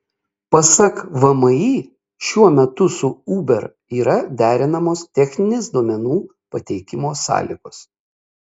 pasak vmi šiuo metu su uber yra derinamos techninės duomenų pateikimo sąlygos